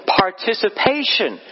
participation